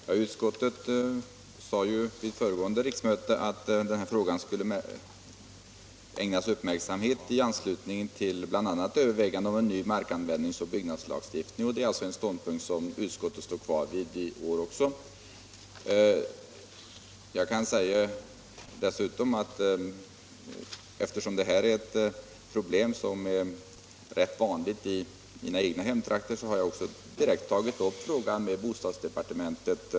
Herr talman! Utskottet sade ju vid föregående riksmöte att denna fråga skulle ägnas uppmärksamhet i anslutning till bl.a. överväganden om en ny markanvändningsoch byggnadslagstiftning, och den ståndpunkten har utskottet i år också. Eftersom detta är ett problem som är rätt vanligt i mina egna hemtrakter har jag direkt tagit upp frågan med bostadsdepartementet.